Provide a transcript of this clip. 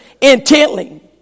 intently